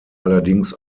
allerdings